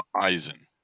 eisen